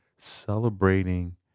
Celebrating